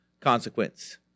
consequence